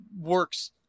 works –